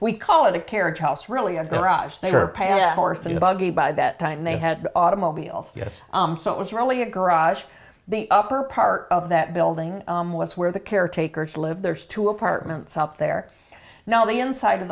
we call it a carriage house really a garage never pay a horse and buggy by that time they had automobiles yes it was really a garage the upper part of that building was where the caretakers live there's two apartments out there now the inside of